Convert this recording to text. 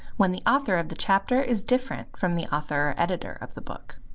when the author of the chapter is different from the author or editor of the book.